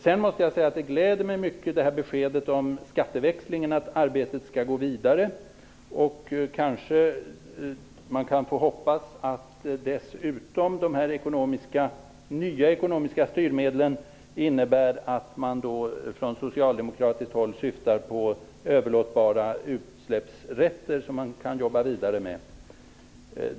Beskedet om att arbetet med skatteväxlingen skall gå vidare gläder mig mycket. Kanske man kan hoppas att de nya ekonomiska styrmedlen dessutom innebär att man från socialdemokratiskt håll syftar på överlåtbara utsläppsrätter som man kan jobba vidare med.